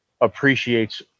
appreciates